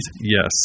Yes